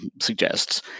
suggests